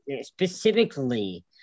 specifically